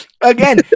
again